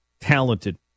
talented